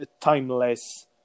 timeless